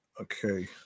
Okay